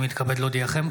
אני מתכבד להודיעכם,